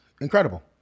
incredible